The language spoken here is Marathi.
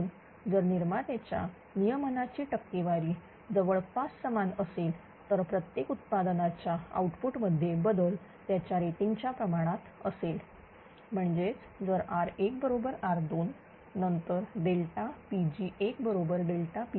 म्हणून जर निर्मात्याच्या नियमनाची टक्केवारी जवळपास समान असेल तर प्रत्येक उत्पादनाच्या आउटपुट मध्ये बदल त्याच्या रेटिंग च्या प्रमाणात असेल म्हणजेच जरR1 बरोबर R2नंतर Pg1 बरोबर Pg2